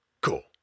Cool